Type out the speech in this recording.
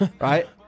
Right